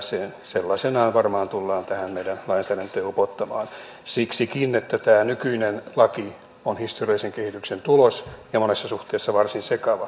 se sellaisenaan varmaan tullaan tähän meidän lainsäädäntöömme upottamaan siksikin että tämä nykyinen laki on historiallisen kehityksen tulos ja monessa suhteessa varsin sekava